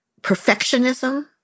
perfectionism